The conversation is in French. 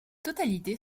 totalité